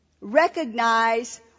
Recognize